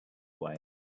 way